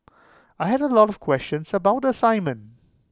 I had A lot of questions about the assignment